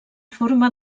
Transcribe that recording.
forma